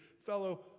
fellow